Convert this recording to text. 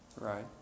right